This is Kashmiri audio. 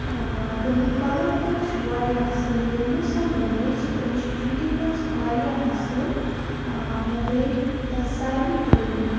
تمیُک کَلَر تہِ اوس واریاہ اَصٕل ییٚلہِ مےٚ سۄ لٲج تمِچ فِٹِنٛگ ٲسۍ واریاہ اَصٕل مےٚ کٔرۍ تَتھ ساروٕے تعٲریٖف